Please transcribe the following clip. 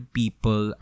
people